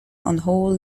all